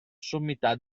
sommità